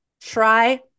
Try